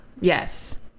yes